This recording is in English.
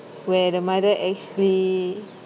where the mother actually